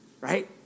right